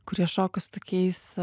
kurie šoka tokiais